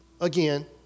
again